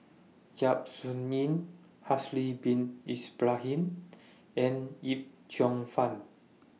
Yap Su Yin Haslir Bin Ibrahim and Yip Cheong Fun